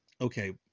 okay